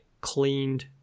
cleaned